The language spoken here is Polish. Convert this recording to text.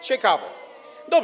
Ciekawe.